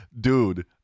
Dude